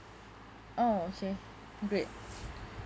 oh okay great